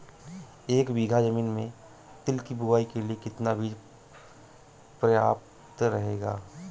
एक बीघा ज़मीन में तिल की बुआई के लिए कितना बीज प्रयाप्त रहेगा?